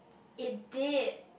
it did